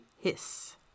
hiss